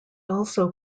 also